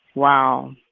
wow,